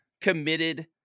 committed